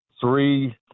three